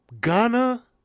Ghana